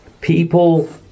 people